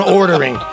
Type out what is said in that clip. ordering